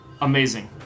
Amazing